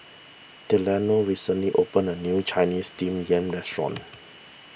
Delano recently opened a new Chinese Steamed Yam restaurant